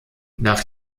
nach